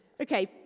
okay